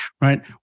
right